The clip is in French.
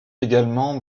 également